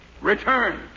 Return